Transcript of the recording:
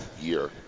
year